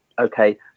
okay